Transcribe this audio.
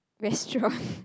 restaurant